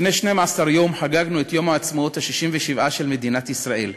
לפני 12 יום חגגנו את יום העצמאות ה-67 של מדינת ישראל.